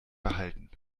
behalten